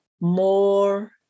more